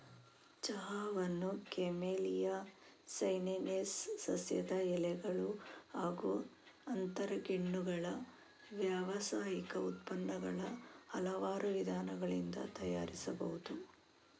ಚಹಾವನ್ನು Camellia sinensis ಸಸ್ಯದ ಎಲೆಗಳು ಹಾಗೂ ಅಂತರಗೆಣ್ಣುಗಳ ವ್ಯಾವಸಾಯಿಕ ಉತ್ಪನ್ನಗಳ ಹಲವಾರು ವಿಧಾನಗಳಿಂದ ತಯಾರಿಸಬಹುದು